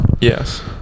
Yes